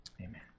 Amen